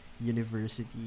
university